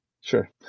Sure